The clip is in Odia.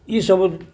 ଇ ସବୁ